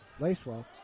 Lacewell